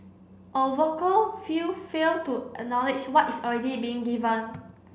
a vocal few fail to acknowledge what is already being given